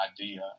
idea